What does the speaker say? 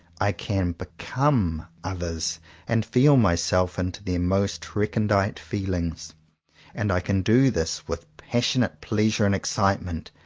i can become others and feel myself into their most recondite feelings and i can do this with passionate pleasure and excitement,